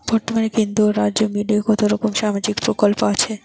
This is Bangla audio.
বতর্মানে কেন্দ্র ও রাজ্য মিলিয়ে কতরকম সামাজিক প্রকল্প আছে?